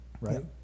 right